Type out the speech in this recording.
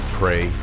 pray